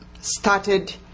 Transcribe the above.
started